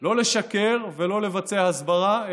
לא לשקר ולא לבצע הסברה,